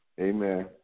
Amen